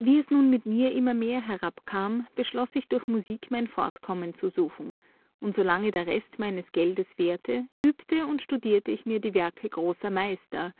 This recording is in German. wie es nun mit mir immer mehr herabkam beschloß ich durch musik mein fortkommen zu suchen und solange der rest meines geldes währte übte und studierte ich mir die werke großer meister